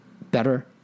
better